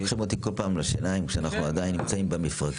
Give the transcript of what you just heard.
לוקחים אותי כל פעם לשאלה כשאנחנו עדיין נמצאים במפרקים.